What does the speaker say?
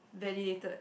validated